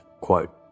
quote